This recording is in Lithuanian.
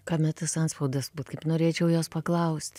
kame tas antspaudas kaip norėčiau jos paklausti